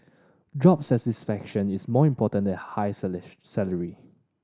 job satisfaction is more important than high salary